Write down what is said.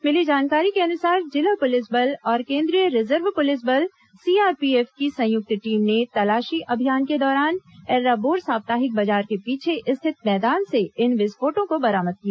मिली जानकारी के अनुसार जिला पुलिस बल और केंद्रीय रिजर्व पुलिस बल सीआरपीएफ की संयुक्त टीम ने तलाशी अभियान के दौरान एर्राबोर साप्ताहिक बाजार के पीछे स्थित मैदान से इन विस्फोटकों को बरामद किया